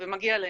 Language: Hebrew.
ומגיע להם,